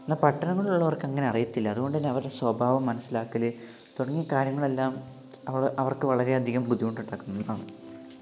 എന്നാൽ പട്ടണങ്ങളിൽ ഉള്ളവർക്ക് അങ്ങനെ അറിയത്തില്ല അതുകൊണ്ടു തന്നെ അവരുടെ സ്വഭാവം മനസിലാക്കല് തുടങ്ങിയ കാര്യങ്ങളെല്ലാം അവർക്ക് വളരെ അധികം ബുദ്ധിമുട്ടുണ്ടാക്കുന്ന ഒന്നാണ്